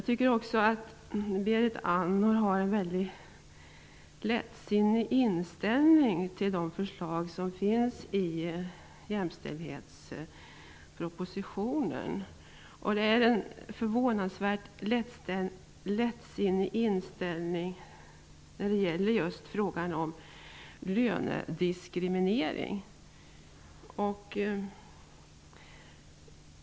Berit Andnor har också en väldigt lättsinnig inställning till förslagen i jämställdhetspropositionen, speciellt när det gäller frågan om lönediskriminering.